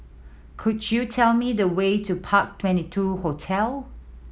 could you tell me the way to Park Twenty two Hotel